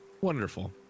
Wonderful